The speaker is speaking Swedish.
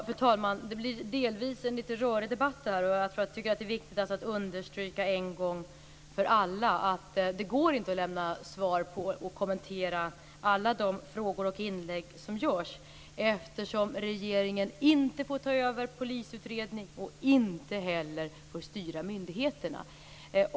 Fru talman! Det här blir delvis en litet rörig debatt. Det är viktigt att understryka en gång för alla att det inte går att lämna svar på och kommentera alla de frågor och inlägg som görs, eftersom regeringen inte får ta över polisutredning och inte heller får styra myndigheterna.